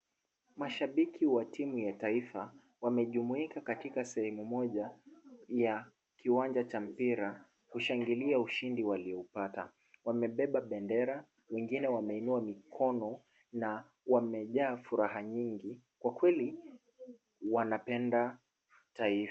Mashabiki wa timu ya taifa wamejumuika katika sehemu moja ya kiwanja cha mpira kushangilia ushindi walioupata. Wamebeba bendera wengine wameinua mikono na wamejaa furaha nyingi kwa kweli wanapenda taifa.